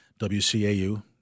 WCAU